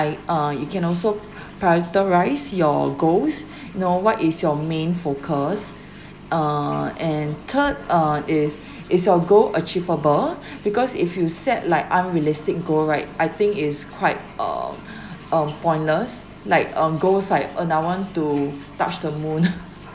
I uh you can also prioritise your goals know what is your main focus uh and third uh is is your goal achievable because if you set like unrealistic goal right I think is quite um um pointless like uh goals like I want to touch the moon